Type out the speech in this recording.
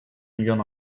milyon